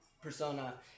persona